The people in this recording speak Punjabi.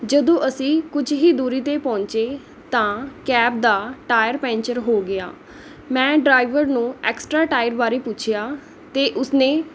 ਜਦੋਂ ਅਸੀਂ ਕੁਝ ਹੀ ਦੂਰੀ 'ਤੇ ਪਹੁੰਚੇ ਤਾਂ ਕੈਬ ਦਾ ਟਾਇਰ ਪੈਂਚਰ ਹੋ ਗਿਆ ਮੈਂ ਡਰਾਈਵਰ ਨੂੰ ਐਕਸਟ੍ਰਾ ਟਾਇਰ ਬਾਰੇ ਪੁੱਛਿਆ ਤਾਂ ਉਸਨੇ